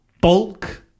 bulk